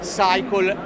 cycle